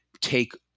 take